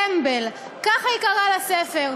טמבל"; כך היא קראה לספר.